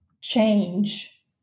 change